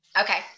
Okay